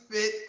fit